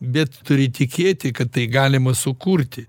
bet turi tikėti kad tai galima sukurti